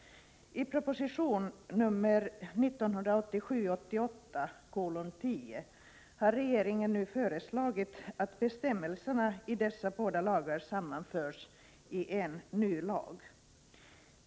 I propositionen 1987/88:10 har regeringen föreslagit att bestämmelserna i dessa båda lagar sammanförs i en ny lag.